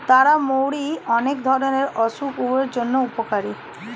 তারা মৌরি অনেক ধরণের অসুখের জন্য উপকারী